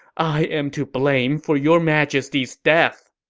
i am to blame for your majesty's death!